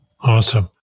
awesome